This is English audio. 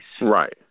right